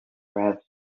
grabs